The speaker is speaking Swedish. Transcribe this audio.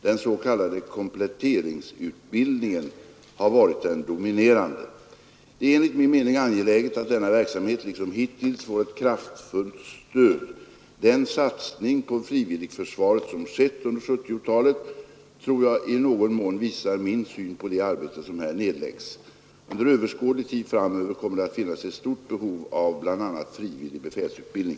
Den s.k. kompletteringsutbildningen har varit den dominerande. Det är enligt min mening angeläget att denna verksamhet, liksom hittills, får ett kraftfullt stöd. Den satsning på frivilligförsvaret som skett under 1970-talet tror jag i någon mån visar min syn på det arbete som här nedläggs. Under överskådlig tid framöver kommer det att finnas ett stort behov av bl.a. frivillig befälsutbildning.